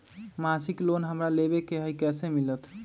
मासिक लोन हमरा लेवे के हई कैसे मिलत?